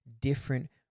different